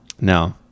No